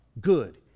Good